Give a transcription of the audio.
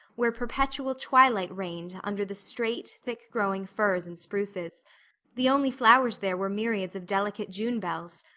where perpetual twilight reigned under the straight, thick-growing firs and spruces the only flowers there were myriads of delicate june bells,